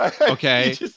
Okay